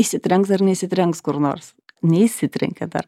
įsitrenks ar neįsitrenks kur nors neįsitrenkė dar